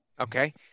Okay